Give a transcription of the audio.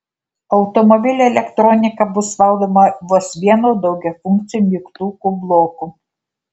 automobilio elektronika bus valdoma vos vienu daugiafunkciu mygtukų bloku